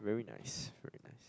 very nice very nice